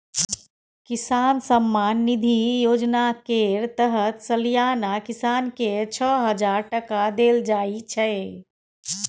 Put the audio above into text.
किसान सम्मान निधि योजना केर तहत सलियाना किसान केँ छअ हजार टका देल जाइ छै